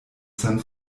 san